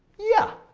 yeah,